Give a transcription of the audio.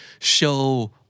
Show